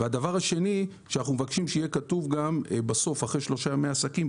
הדבר השני הוא שאנחנו מבקשים שיהיה גם כתוב בסוף אחרי שלושה ימי עסקים,